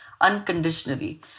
unconditionally